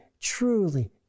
truly